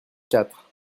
quatre